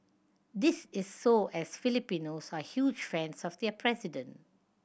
this is so as Filipinos are huge fans of their president